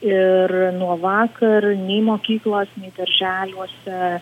ir nuo vakar nei mokyklos nei darželiuose